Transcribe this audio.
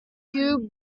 two